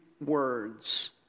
words